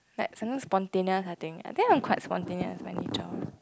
like something spontaneous I think I think I'm quite spontaneous by nature